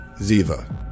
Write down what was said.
Ziva